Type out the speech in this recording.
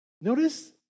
notice